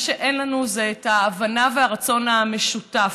מה שאין לנו זה את ההבנה והרצון המשותף.